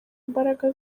imbaraga